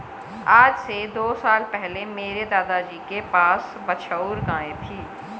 आज से दो साल पहले मेरे दादाजी के पास बछौर गाय थी